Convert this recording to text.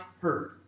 heard